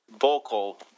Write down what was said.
vocal